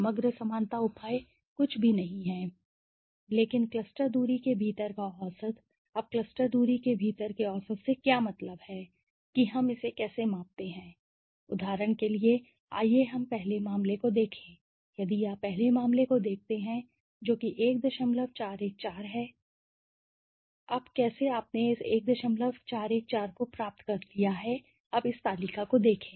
समग्र समानता उपाय कुछ भी नहीं है लेकिन क्लस्टर दूरी के भीतर का औसत अब क्लस्टर दूरी के भीतर औसत से क्या मतलब है कि हम इसे कैसे मापते हैं उदाहरण के लिए आइए हम पहले मामले को देखें यदि आप पहले मामले को देखते हैं जो कि 1414 है अब कैसे आपने इस 1414 को प्राप्त कर लिया है अब इस तालिका को देखें